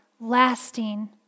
lasting